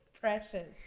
Precious